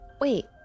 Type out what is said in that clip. Wait